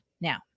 now